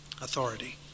authority